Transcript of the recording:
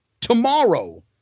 tomorrow